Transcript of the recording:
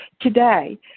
today